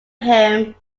him